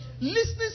listening